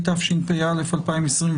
התשפ"א-2021.